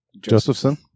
Josephson